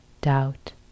doubt